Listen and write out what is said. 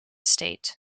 state